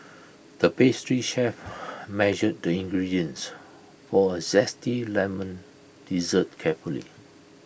the pastry chef measured the ingredients for A Zesty Lemon Dessert carefully